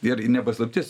ir ne paslaptis